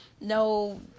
no